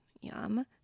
yum